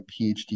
PhD